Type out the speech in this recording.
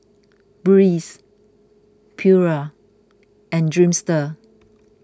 Breeze Pura and Dreamster